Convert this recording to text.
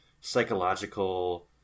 psychological